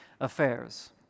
affairs